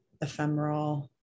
ephemeral